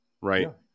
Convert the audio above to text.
right